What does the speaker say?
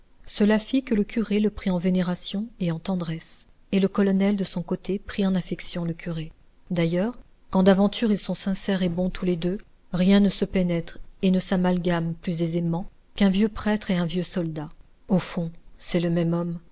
cela fit que le curé le prit en vénération et en tendresse et le colonel de son côté prit en affection le curé d'ailleurs quand d'aventure ils sont sincères et bons tous les deux rien ne se pénètre et ne s'amalgame plus aisément qu'un vieux prêtre et un vieux soldat au fond c'est le même homme